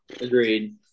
Agreed